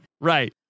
Right